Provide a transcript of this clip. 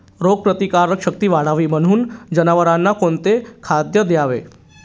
रोगप्रतिकारक शक्ती वाढावी म्हणून जनावरांना कोणते खाद्य द्यावे?